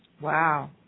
Wow